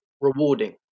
rewarding